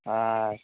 ᱟ